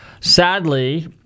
sadly